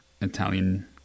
Italian